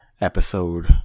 episode